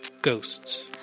Ghosts